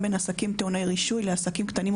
עסקים קטנים ובינוניים,